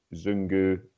Zungu